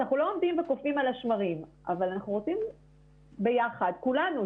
אנחנו לא עומדים וקופאים על השמרים אבל אנחנו רוצים ביחד כולנו,